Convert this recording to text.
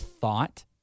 thought